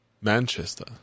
Manchester